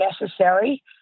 necessary